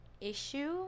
issue